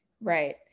Right